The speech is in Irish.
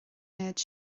méid